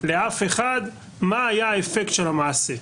לאף אחד מה היה האפקט של המעשה.